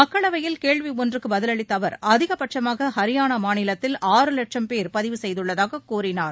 மக்களவையில் கேள்வி ஒன்றுக்கு பதலளித்த அவர் அதிகபட்சமாக ஹரியானா மாநிலத்தில் ஆறு லட்சம் பேர் பதிவு செய்துள்ளதாகக் கூறினார்